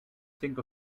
sink